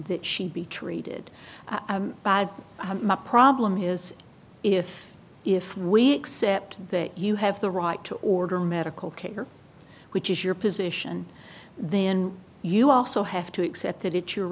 that she'd be treated my problem is if if we accept that you have the right to order medical care which is your position then you also have to accept that it's your